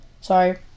sorry